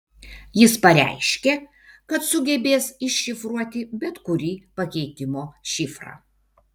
jis pareiškė kad sugebės iššifruoti bet kurį pakeitimo šifrą